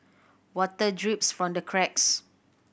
water drips from the cracks